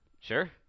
Sure